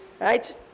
right